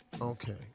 Okay